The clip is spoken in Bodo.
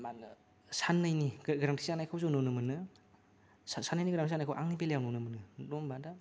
साननैनि गोनांथि जानायखौ जों नुनो मोनो साननैनि गोनांथि जानायखौ आंनि बेलायाव नुनो मोनो